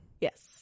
yes